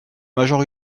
major